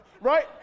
right